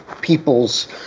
people's